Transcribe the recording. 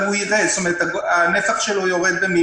אבל הנפח שלו יורד.